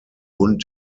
bund